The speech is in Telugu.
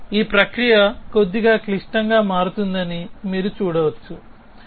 ఇప్పుడు ఈ ప్రక్రియ కొద్దిగా క్లిష్టంగా మారుతుందని మీరు చూడవచ్చు